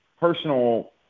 personal